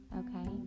okay